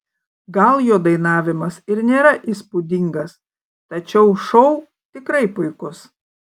gal jo dainavimas ir nėra įspūdingas tačiau šou tikrai puikus